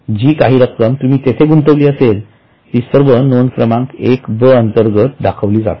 जी काही रक्कम तुम्ही' तेथे गुंतवली असेल ती सर्व नोंद क्रमांक १ ब अंतर्गत दाखवली जाते